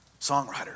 songwriter